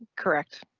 correct,